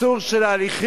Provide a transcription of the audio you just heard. הקיצור של ההליכים,